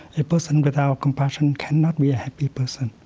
a person without compassion cannot be a happy person.